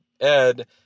Ed